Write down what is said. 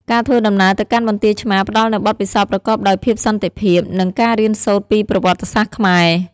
ការធ្វើដំណើរទៅកាន់បន្ទាយឆ្មារផ្តល់នូវបទពិសោធន៍ប្រកបដោយភាពសន្តិភាព និងការរៀនសូត្រពីប្រវត្តិសាស្ត្រខ្មែរ។